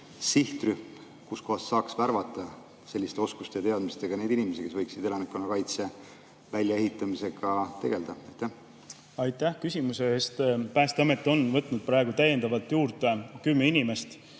inimesi? Kust kohast saaks värvata selliste oskuste ja teadmistega inimesi, kes võiksid elanikkonnakaitse väljaehitamisega tegeleda? Aitäh küsimuse eest! Päästeamet on võtnud praegu täiendavalt juurde kümme inimest,